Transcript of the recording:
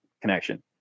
connection